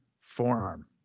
forearm